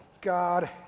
God